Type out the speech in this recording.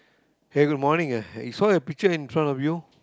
okay good morning ah you saw your picture in front of you